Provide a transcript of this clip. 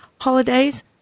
holidays